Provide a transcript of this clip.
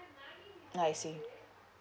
I see